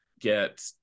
get